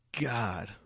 God